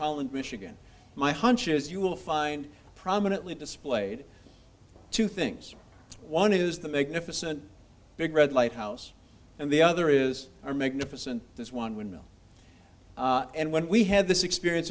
holland michigan my hunch is you will find prominently displayed two things one is the magnificent big red light house and the other is are making a percent this one when and when we had this experience